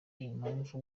impamvu